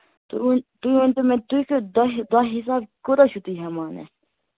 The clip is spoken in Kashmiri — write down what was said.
تُہۍ ؤنۍ تُہۍ ؤنۍتو مےٚ تُہۍ کٔہہِ دۄہ دۄہ حِسابہٕ کوٗتاہ چھُو تُہۍ ہٮ۪وان اَسہِ